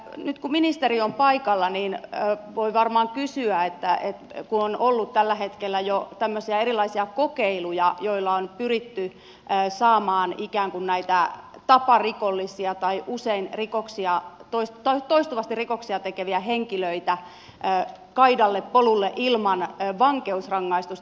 nyt kun ministeri on paikalla voi varmaan kysyä siitä kun on ollut jo tällä hetkellä tämmöisiä erilaisia kokeiluja joilla on pyritty saamaan ikään kuin näitä taparikollisia tai toistuvasti rikoksia tekeviä henkilöitä kaidalle polulle ilman vankeusrangaistusta